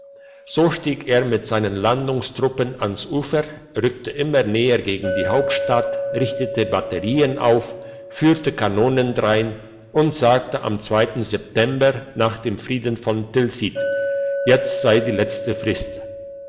so stieg er mit seinen landungstruppen ans ufer rückte immer näher gegen die hauptstadt richtete batterien auf führte kanonen drein und sagte am september nach dem frieden von tilsit jetzt sei die letzte frist